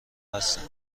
هستند